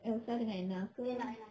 elsa dengan anna ke